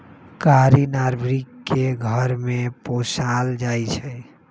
कारी नार्भिक के घर में पोशाल जाइ छइ